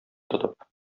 тотып